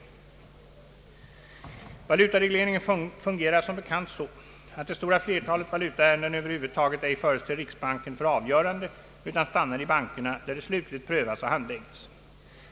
Valutaregleringen fungerar som bekant så, att det stora flertalet valutaärenden överhuvudtaget ej föres till riksbanken för avgörande utan stannar i bankerna, där de slutligt prövas och handlägges.